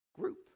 group